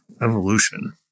evolution